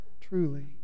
truly